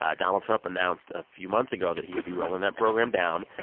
ah donald trump announced a few months ago that he would be rolling that program down.